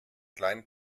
kleinen